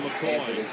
McCoy